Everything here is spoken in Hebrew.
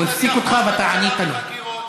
הוא הפסיק אותך ואתה ענית לו.